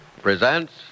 presents